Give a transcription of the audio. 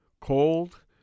Cold